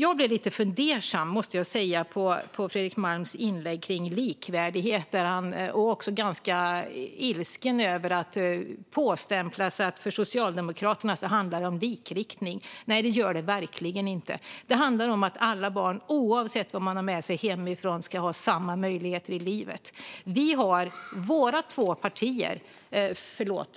Jag blev lite fundersam på det Fredrik Malm sa om likvärdighet och ganska ilsken över att man påstämplar Socialdemokraterna att det för oss skulle handla om likriktning. Det gör det verkligen inte. Det handlar om att alla barn, oavsett vad de har med sig hemifrån, ska ha samma möjligheter i livet.